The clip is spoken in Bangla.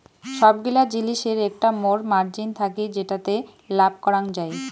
সবগিলা জিলিসের একটা মোর মার্জিন থাকি যেটাতে লাভ করাঙ যাই